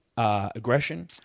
Aggression